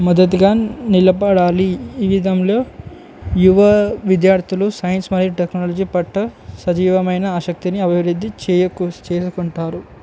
మొదటిగా నిలబడాలి ఈ విధంలో యువ విద్యార్థులు సైన్స్ మరియు టెక్నాలజీ పట్ల సజీవమైన ఆసక్తిని అభివృద్ధి చేకుచేసుకుంటారు